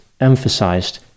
emphasized